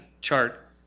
chart